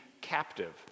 captive